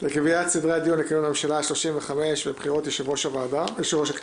לקביעת סדרי הדיון לכינון הממשלה ה-35 ובחירת יושב-ראש הכנסת,